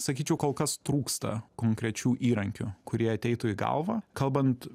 sakyčiau kol kas trūksta konkrečių įrankių kurie ateitų į galvą kalbant